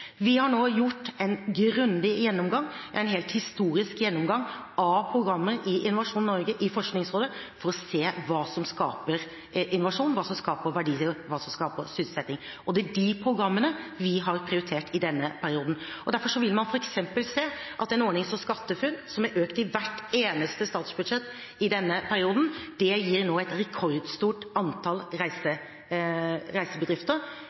Vi har nå gjort en grundig gjennomgang, en helt historisk gjennomgang, av programmer i Innovasjon Norge, i Forskningsrådet, for å se på hva som skaper innovasjon, hva som skaper verdier, og hva som skaper sysselsetting, og det er de programmene vi har prioritert i denne perioden. Derfor vil man f.eks. se at en ordning som SkatteFUNN, som er økt i hvert eneste statsbudsjett i denne perioden, nå gir et rekordstort bidrag til å drive med utviklingsarbeid, et rekordstort antall